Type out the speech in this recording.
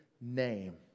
name